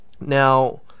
Now